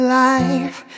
life